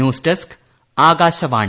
news desk Akashvani